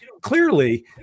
clearly